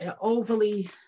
overly